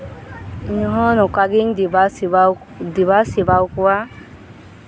ᱤᱧᱦᱚᱸ ᱱᱚᱝᱠᱟ ᱜᱤᱧ ᱫᱮᱵᱟᱼᱥᱮᱵᱟ ᱫᱮᱵᱟᱼᱥᱮᱵᱟ ᱟᱠᱩᱣᱟ